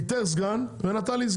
נתן לי.